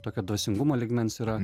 tokio dvasingumo lygmens yra